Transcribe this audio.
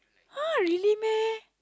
!huh! really meh